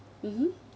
mmhmm